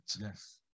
Yes